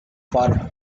for